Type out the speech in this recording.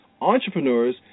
entrepreneurs